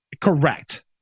Correct